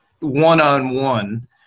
one-on-one